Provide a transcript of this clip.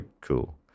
cool